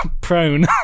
prone